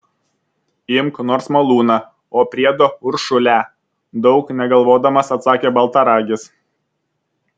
imk nors malūną o priedo uršulę daug negalvodamas atsakė baltaragis